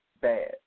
bad